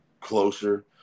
closer